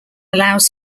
allows